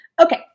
Okay